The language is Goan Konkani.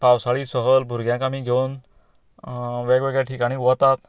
पावसाळी सहल भुरग्यांक आमी घेवन वेगळे वेगळे ठिकाणी वतात